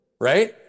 right